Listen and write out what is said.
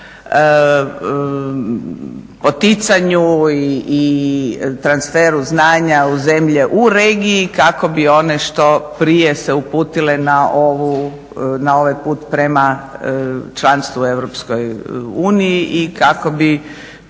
poticanju i transferu znanja u zemlje u regiji kako bi se one što prije uputile na ovaj put prema članstvu u EU i kako bi